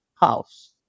house